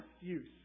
use